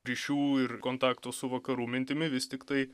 ryšių ir kontaktų su vakarų mintimi vis tiktai